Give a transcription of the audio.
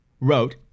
wrote